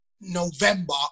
November